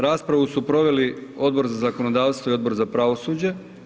Raspravu su proveli Odbor za zakonodavstvo i Odbor za pravosuđe.